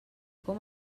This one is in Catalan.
com